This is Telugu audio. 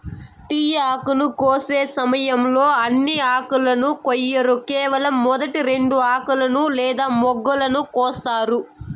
టీ ఆకును కోసే సమయంలో అన్ని ఆకులను కొయ్యరు కేవలం మొదటి రెండు ఆకులను లేదా మొగ్గలను కోస్తారు